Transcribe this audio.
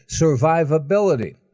survivability